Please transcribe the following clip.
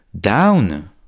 down